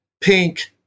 pink